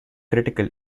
critical